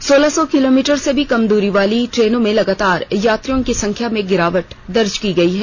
सोलह सौ किलोमीटर से भी कम दूरी वाली ट्रेनों में लगातार यात्रियों की संख्या में गिरावट दर्ज की गई है